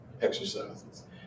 exercises